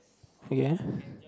ya